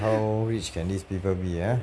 how rich can these people be ah